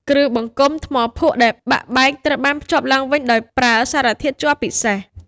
គ្រឿងបង្គុំថ្មភក់ដែលបាក់បែកត្រូវបានភ្ជាប់ឡើងវិញដោយប្រើសារធាតុជ័រពិសេស។